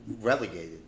relegated